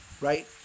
right